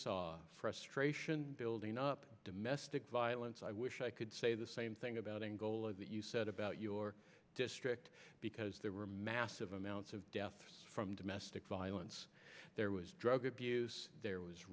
saw frustration building up domestic violence i wish i could say the same thing about angola that you said about your district because there were massive amounts of deaths from domestic violence there was drug abuse there was